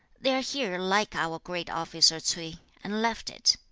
they are here like our great officer, ch'ui, and left it.